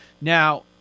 Now